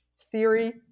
Theory